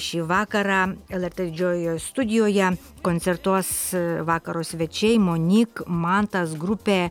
šį vakarą lrt didžiojoje studijoje koncertuos vakaro svečiai monik mantas grupė